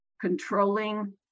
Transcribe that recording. controlling